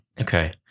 Okay